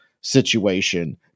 situation